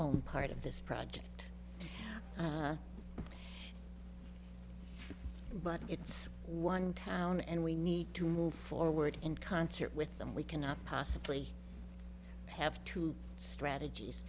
own part of this project but it's one town and we need to move forward in concert with them we cannot possibly have two strategies